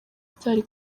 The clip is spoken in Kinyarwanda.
byari